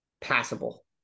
passable